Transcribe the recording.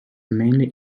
mainly